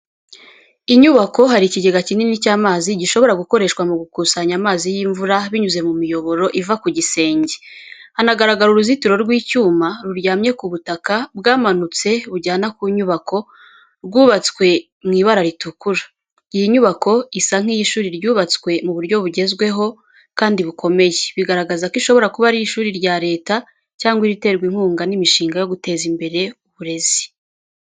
Inyubako hari ikigega kinini cy’amazi, gishobora gukoreshwa mu gukusanya amazi y’imvura binyuze mu miyoboro iva ku gisenge. Hanagaragara uruzitiro rw’icyuma ruryamye ku butaka bwamanutse bujyana ku nyubako, rwubatswe mu ibara ritukura. Iyi nyubako isa nk’iy’ishuri ryubatswe mu buryo bugezweho kandi bukomeye, bigaragaza ko ishobora kuba ari ishuri rya Leta cyangwa iriterwa inkunga n’imishinga yo guteza imbere uburezi.